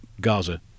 Gaza